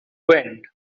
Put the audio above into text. wind